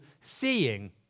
seeing